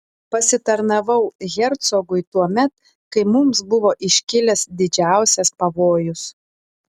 pasitarnavau hercogui tuomet kai mums buvo iškilęs didžiausias pavojus